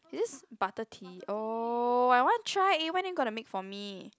this butter tea oh I want try eh when you gonna make for me